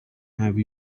have